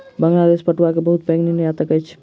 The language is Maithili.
बांग्लादेश पटुआ के बहुत पैघ निर्यातक अछि